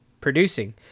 producing